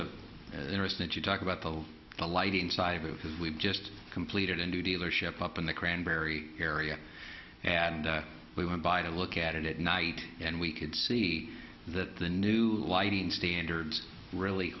an interesting to talk about the alighting cyber because we've just completed a new dealership up in the cranberry area and we went by to look at it at night and we could see that the new lighting standards really